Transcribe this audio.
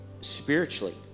spiritually